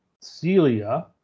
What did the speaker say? celia